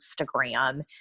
Instagram